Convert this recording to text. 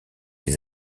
des